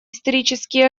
исторические